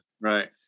Right